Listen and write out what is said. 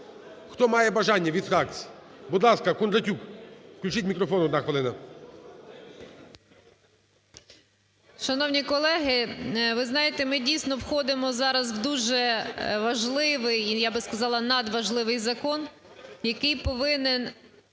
хто має бажання від фракцій. Будь ласка, Кондратюк. Включіть мікрофон, одна хвилина. 17:56:34 КОНДРАТЮК О.К. Шановні колеги, ви знаєте, ми, дійсно, входимо зараз в дуже важливий, і я би сказала, надважливий закон, який повинен